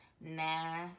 nah